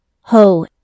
Ho